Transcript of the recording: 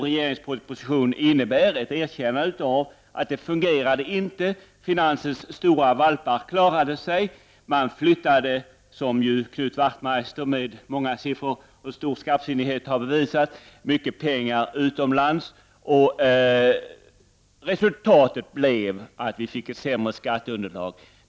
Regeringspropositionen innebär ett erkännande av att det inte fungerade. Finansens stora valpar klarade sig och flyttade — som Knut Wachtmeister med många siffror och stort skarpsinne har bevisat — mycket pengar utomlands. Resultatet blev att vi fick ett sämre skatteunderlag.